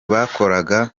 bakoraga